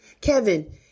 Kevin